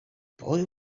boy